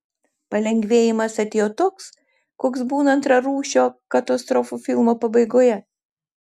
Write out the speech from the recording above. palengvėjimas atėjo toks koks būna antrarūšio katastrofų filmo pabaigoje